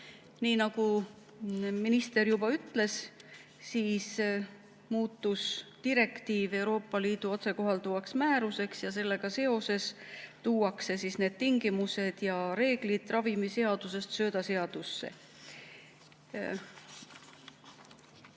Nii nagu minister juba ütles, siis direktiiv muutus Euroopa Liidu otsekohalduvaks määruseks ja sellega seoses tuuakse need tingimused ja reeglid ravimiseadusest söödaseadusesse.